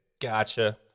gotcha